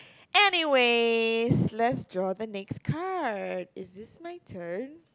anyways let's draw the next card is this my turn